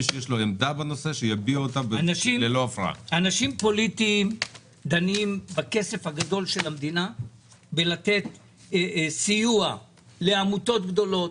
אנשים פוליטיים דנים בכסף הגדול של המדינה בלתת סיוע לעמותות גדולות,